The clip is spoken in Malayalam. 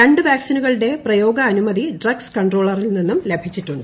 രണ്ട് വാക്സിനുകളുടെ പ്രയോഗാനുമതി ഡ്രഗ്സ് കൺട്രോളറിൽ നിന്നും ലഭിച്ചിട്ടുണ്ട്